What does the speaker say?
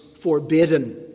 forbidden